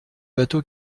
bateau